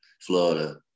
Florida